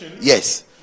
Yes